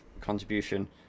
contribution